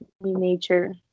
nature